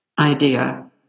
idea